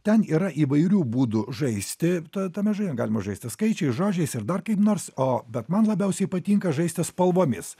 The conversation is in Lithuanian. ten yra įvairių būdų žaisti ta tame žaidime galima žaisti skaičiais žodžiais ir dar kaip nors o bet man labiausiai patinka žaisti spalvomis